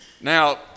Now